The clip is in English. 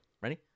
Ready